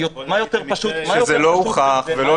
זה לא הוכח ולא